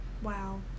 wow